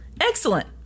excellent